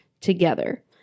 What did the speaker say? together